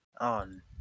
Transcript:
on